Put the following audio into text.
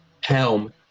Helm